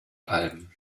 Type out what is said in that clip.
alben